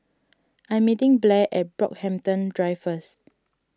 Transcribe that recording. I'm meeting Blair at Brockhampton Drive first